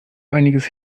einiges